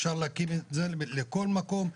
אפשר להקים בכל מקום,